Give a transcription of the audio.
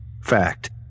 Fact